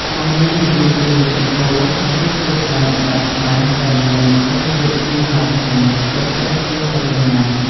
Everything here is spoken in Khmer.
ក៏មាន ម្ជូរគ្រឿងសាច់គោ រសជាតិដើមបែបខ្មែរដែលមានរសជាតិជូរហឹរឆ្ងាញ់ជាប់ចិត្តគួរឲ្យចង់ញ៉ាំ។